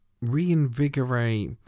reinvigorate